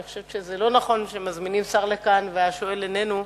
אני חושבת שזה לא נכון שמזמינים שר לכאן והשואל איננו,